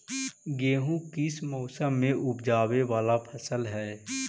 गेहूं किस मौसम में ऊपजावे वाला फसल हउ?